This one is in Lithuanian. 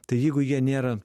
tai jeigu jie nėra